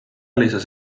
lisas